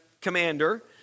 commander